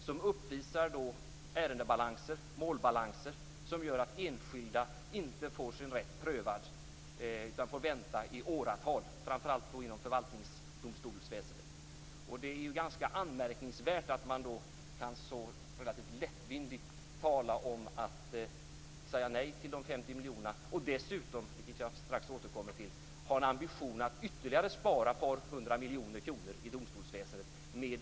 Det uppvisar ju ärendebalanser, målbalanser, som gör att enskilda inte får sin rätt prövad. Man kan få vänta i åratal. Det gäller framför allt inom förvaltningsdomstolsväsendet. Det är ganska anmärkningsvärt att man så relativt lättvindigt kan säga nej till de 50 miljonerna. Dessutom har man, vilket jag strax återkommer till, en ambition att spara ytterligare ett par hundra miljoner kronor i domstolsväsendet.